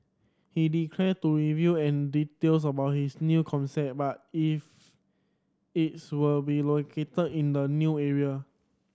he declined to reveal an details about his new concept about if it's will be located in a new area